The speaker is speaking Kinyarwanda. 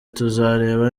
tuzareba